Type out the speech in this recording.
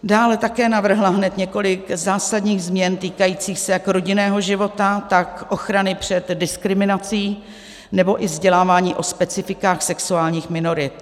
Dále také navrhla hned několik zásadních změn týkajících se jak rodinného života, tak ochrany před diskriminací nebo i vzdělávání o specifikách sexuálních minorit.